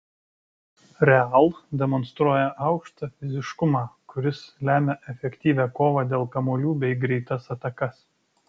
real demonstruoja aukštą fiziškumą kuris lemia efektyvią kovą dėl kamuolių bei greitas atakas